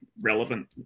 relevant